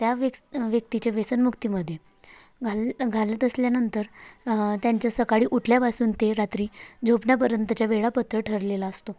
त्या व्यक्स व्यक्तीच्या व्यसनमुक्तीमध्ये घाल घालत असल्यानंतर त्यांच्या सकाळी उठल्यापासून ते रात्री झोपण्यापर्यंतच्या वेळापत्रक ठरलेला असतो